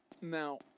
Now